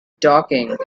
talking